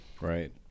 Right